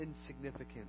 insignificant